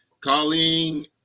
Colleen